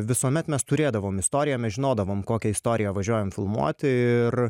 visuomet mes turėdavom istoriją mes žinodavom kokią istoriją važiuojam filmuoti ir